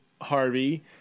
Harvey